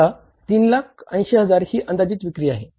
आता 3 लाख 80 हजार ही अंदाजित विक्री आहे